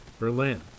Berlin